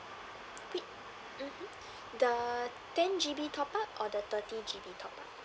mmhmm the ten G_B top up or the thirty G_B top up